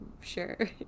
sure